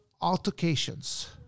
altercations